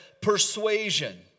persuasion